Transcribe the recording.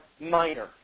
minor